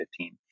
2015